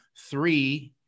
three